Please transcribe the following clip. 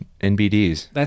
nbds